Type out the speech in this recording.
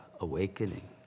awakening